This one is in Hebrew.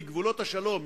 מגבולות השלום,